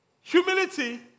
Humility